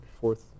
fourth